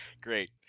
great